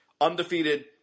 undefeated